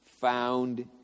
found